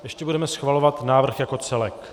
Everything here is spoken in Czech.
Ještě budeme schvalovat návrh jako celek.